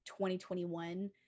2021